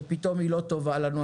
שפתאום היא לא טובה לנו,